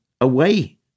away